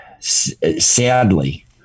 sadly